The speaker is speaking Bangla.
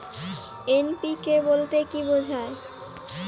এন.পি.কে বলতে কী বোঝায়?